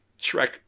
Shrek